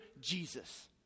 Jesus